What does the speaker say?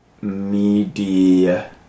Media